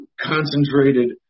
concentrated